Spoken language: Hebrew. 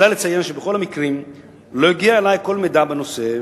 עלי לציין שבכל המקרים לא הגיע אלי כל מידע בנושא,